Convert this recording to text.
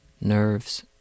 nerves